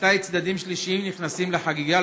מתי צדדים שלישיים נכנסים לחגיגה,